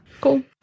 Cool